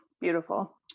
beautiful